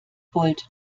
volt